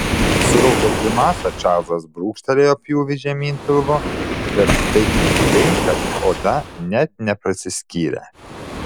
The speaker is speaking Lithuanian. suraukęs grimasą čarlzas brūkštelėjo pjūvį žemyn pilvu bet taip negiliai kad oda net neprasiskyrė